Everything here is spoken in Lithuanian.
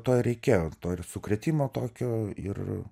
to ir reikėjo to ir sukrėtimo tokio ir